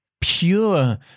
pure